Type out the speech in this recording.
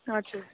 हजुर